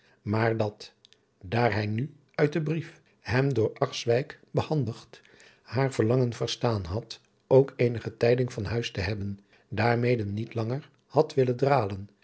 maar dat daar hij nu uit den brief hem door akswijk behandigd haar verlangen verstaan had ook eenige tijding van huis te hebben daarmede niet langer had willen dralen